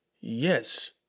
yes